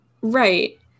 Right